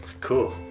Cool